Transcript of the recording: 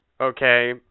okay